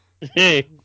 Hey